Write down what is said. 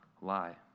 lie